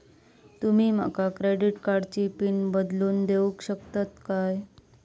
तुमी माका क्रेडिट कार्डची पिन बदलून देऊक शकता काय?